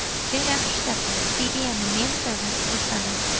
soon after supper, phoebe and the men-servants were summoned,